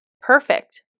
Perfect